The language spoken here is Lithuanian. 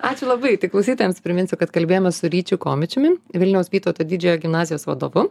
ačiū labai tai klausytojams priminsiu kad kalbėjome su ryčiu komičiumi vilniaus vytauto didžiojo gimnazijos vadovu